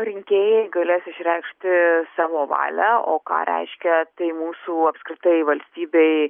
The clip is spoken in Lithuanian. rinkėjai galės išreikšti savo valią o ką reiškia tai mūsų apskritai valstybei